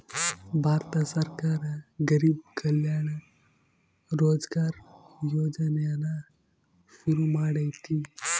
ಭಾರತ ಸರ್ಕಾರ ಗರಿಬ್ ಕಲ್ಯಾಣ ರೋಜ್ಗರ್ ಯೋಜನೆನ ಶುರು ಮಾಡೈತೀ